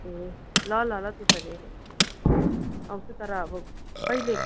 ए ल ल ल त्यसो भने आउँछु तर अब कहिले